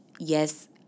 yes